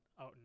out